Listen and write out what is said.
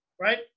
right